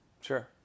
Sure